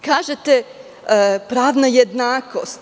Kažete – pravna jednakost.